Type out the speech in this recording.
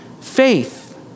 faith